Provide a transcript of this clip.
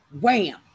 wham